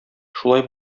шулай